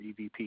EVP